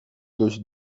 dość